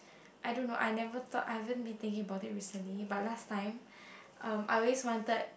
I don't know I never thought I haven't been thinking about it recently but last time um I always wanted